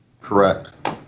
Correct